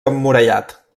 emmurallat